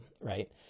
right